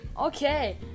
Okay